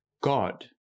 God